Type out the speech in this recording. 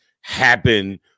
happen